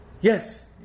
Yes